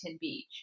Beach